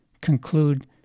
conclude